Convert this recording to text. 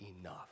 enough